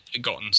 gotten